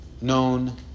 known